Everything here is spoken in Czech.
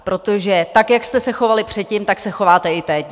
Protože tak jak jste se chovali předtím, tak se chováte i teď!